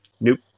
Nope